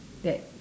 that